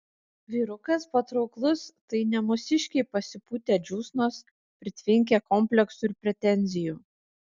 vyrukas patrauklus tai ne mūsiškiai pasipūtę džiūsnos pritvinkę kompleksų ir pretenzijų